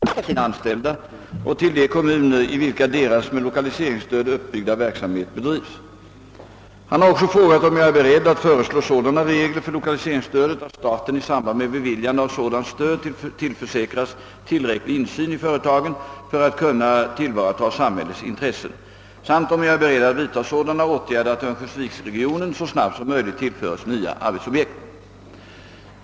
Herr talman! Herr Sundelin har frågat om min principiella syn på det statliga lokaliseringsstödet och de enskilda företagens hänsynstagande till sina anställda och till de kommuner i vilka deras med lokaliseringsstöd uppbyggda verksamhet bedrivs. Han har också frågat, om jag är beredd att föreslå sådana regler för lokaliseringsstödet att staten i samband med beviljande av sådant stöd tillförsäkras tillräcklig insyn i företagen för att kunna tillvarata samhällets intressen samt om jag är beredd att vidta sådana åtgärder att örnsköldsviksregionen så snabbt som möjligt tillföres nya arbetsobjekt.